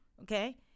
okay